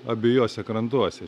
abiejuose krantuose